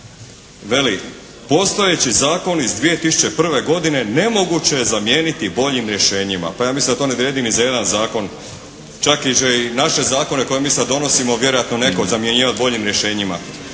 Veli: Postojeći zakon iz 2001. godine nemoguće je zamijeniti boljim rješenjima. Pa ja mislim da to ne vrijedi ni za jedan zakon, čak i naše zakone koje mi sada donosimo vjerojatno netko zamjenjivati boljim rješenjima.